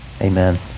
amen